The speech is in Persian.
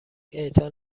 اعطا